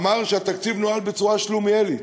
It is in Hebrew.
אמר שהתקציב נוהל בצורה שלומיאלית.